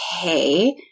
okay